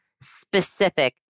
specific